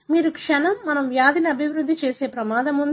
మీకు క్షణం మనము వ్యాధిని అభివృద్ధి చేసే ప్రమాదం ఉంది